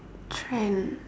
trend